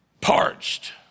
parched